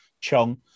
Chong